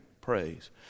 praise